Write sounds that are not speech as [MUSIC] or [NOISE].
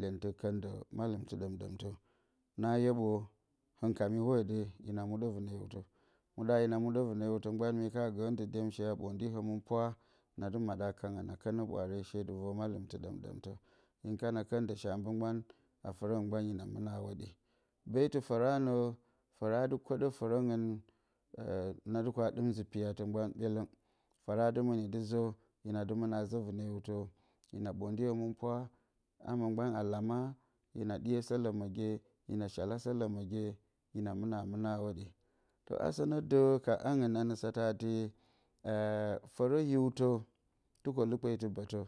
lyentɨ kǝndǝ mallɨmtɨ ɗǝm-ɗǝmtǝ. Na yeɓwo hɨn ka mi hwode, hina muɗǝ vɨnǝ hiwtǝ. Muɗa hina muɗǝ vɨnǝ hiwtǝ mgban, hin ka gǝǝ ndɨ dyemshe a ɓondi hǝmɨnpwa, na dɨ maɗǝ a kanǝ, na kǝnǝ ɓwaare she dɨ vor mallɨmtɨ ɗǝm-ɗǝmtǝ. Hɨn kana kǝndǝshe a mbǝ mgban, hina mɨna a hwoɗye. Beetɨ fǝranǝ, fǝra dɨ koɗǝ fǝrǝngɨn, [HESITATION] na dɨ wa ɗɨm nzǝ piyatǝ mgban. Fǝra dɨ mɨni dɨ zǝ, hina dɨ mɨna zǝ vɨnǝ hiwtǝ, hina ɓondi hǝmɨnpwa, ama mgban a lama, hina ɗiyǝsǝ lǝmǝgye, hina shalasǝ lǝmǝgye, hina mɨna a mɨna a hwoɗye. Asǝ nǝ dǝ ka angɨn a nǝ satǝ atɨ, [HESITATION] fǝrǝ hiwtǝ, tukolukpetɨ bǝtǝ,